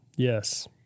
Yes